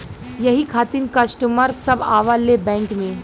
यही खातिन कस्टमर सब आवा ले बैंक मे?